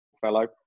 fellow